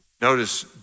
Notice